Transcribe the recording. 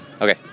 Okay